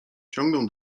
ciągnął